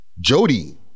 Jody